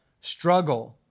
struggle